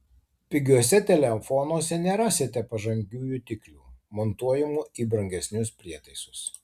pigiuose telefonuose nerasite pažangių jutiklių montuojamų į brangesnius prietaisus